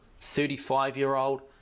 35-year-old